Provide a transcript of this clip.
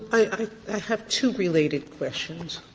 i have two related questions.